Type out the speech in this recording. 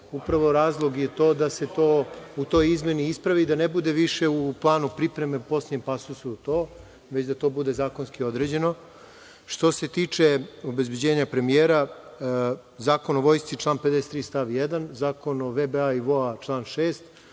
upravo razlog da se u toj izmeni ispravi, da ne bude više u planu pripreme u poslednjem pasusu to, već da to bude zakonski određeno. Što se tiče obezbeđenja premijera, Zakon o vojsci član 53. stav 1, Zakon o VBA i VOA član 6,